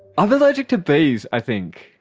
i'm allergic to bees i think.